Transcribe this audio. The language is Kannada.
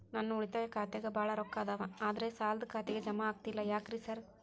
ನನ್ ಉಳಿತಾಯ ಖಾತ್ಯಾಗ ಬಾಳ್ ರೊಕ್ಕಾ ಅದಾವ ಆದ್ರೆ ಸಾಲ್ದ ಖಾತೆಗೆ ಜಮಾ ಆಗ್ತಿಲ್ಲ ಯಾಕ್ರೇ ಸಾರ್?